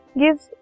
gives